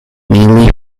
mainly